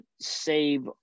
save